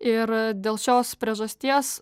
ir dėl šios priežasties